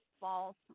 false